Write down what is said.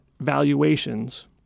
valuations